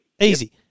Easy